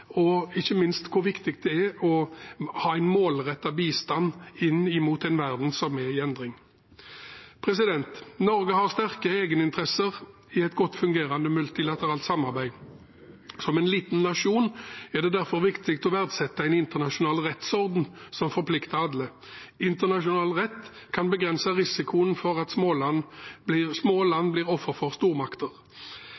ikke minst hvor viktig det er å ha en målrettet bistand inn mot en verden som er i endring. Norge har sterke egeninteresser i et godt fungerende multilateralt samarbeid. Som en liten nasjon er det derfor viktig å verdsette en internasjonal rettsorden som forplikter alle. Internasjonal rett kan begrense risikoen for at små land blir